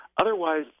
Otherwise